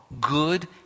good